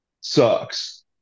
sucks